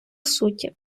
суті